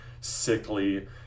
sickly